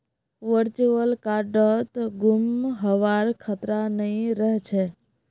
virtual कार्डत गुम हबार खतरा नइ रह छेक